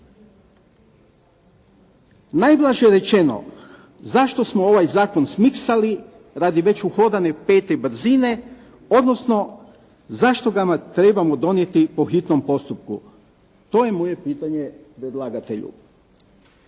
Najblaže rečeno, zašto smo ovaj zakon smiksali radi već uhodane 5. brzine, odnosno zašto ga trebamo donijeti po hitnom postupku? To je moje pitanje predlagatelju.